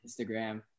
instagram